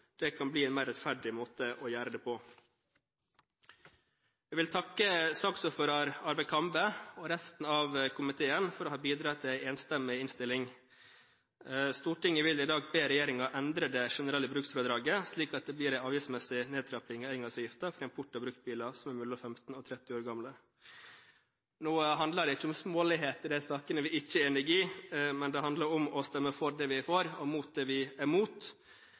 det kan bli en mer rettferdig måte å gjøre det på. Jeg vil takke saksordfører Arve Kambe og resten av komiteen for å ha bidratt til en enstemmig innstilling. Stortinget vil i dag be regjeringen endre det generelle bruksfradraget, slik at det blir en avgiftsmessig nedtrapping av engangsavgiften for import av bruktbiler som er mellom 15 og 30 år gamle. Nå handler det ikke om småligheter i de sakene der vi ikke er enige – det handler om å stemme for det vi er for, og mot det vi er mot.